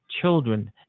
children